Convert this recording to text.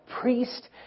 priest